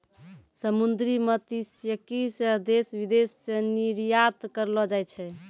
समुन्द्री मत्स्यिकी से देश विदेश मे निरयात करलो जाय छै